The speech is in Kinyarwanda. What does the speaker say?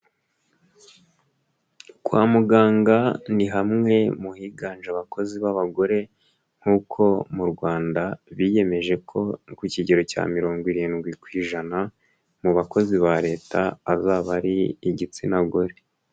Kwa muganga ni hamwe mu higanje abakozi b'abagore nkuko mu Rwanda biyemeje ko ku kigero cya mirongo irindwi ku ijana mu bakozi ba Leta bazaba ari igitsina gore.